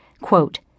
quote